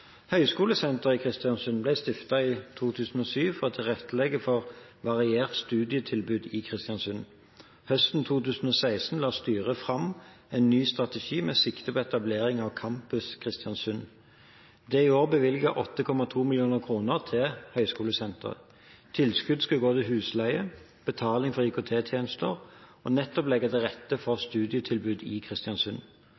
Høgskolesenteret i Kristiansund ble stiftet i 2007 for å tilrettelegge for varierte studietilbud i Kristiansund. Høsten 20l6 la styret fram en ny strategi med sikte på etablering av Campus Kristiansund. Det er i år bevilget 8,2 mill. kr til høgskolesenteret. Tilskuddet skal gå til husleie, betaling for IKT-tjenester og nettopp legge til rette for